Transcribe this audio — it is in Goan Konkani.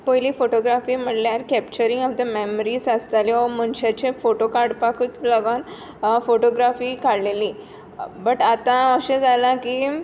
पयलीं फोटोग्रेफी म्हणल्यार कॅप्चरींग ऑफ द मेमरीझ आसताली ओर मनसाचे फोटो काडपाकूच लागून फोटोग्रेफी काडलेली बट आतां अशें जालां की